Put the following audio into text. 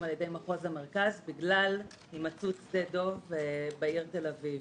על ידי מחוז המרכז בגלל הימצאות שדה דב בעיר תל אביב.